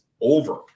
over